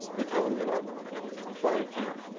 you tell them you love them while you can.